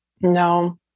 No